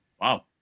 Wow